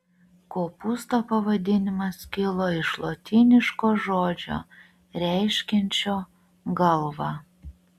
kopūsto pavadinimas kilo iš lotyniško žodžio reiškiančio galvą